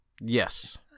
Yes